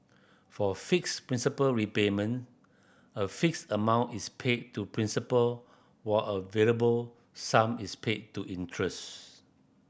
for fixed principal repayment a fixed amount is paid to principal while a variable sum is paid to interest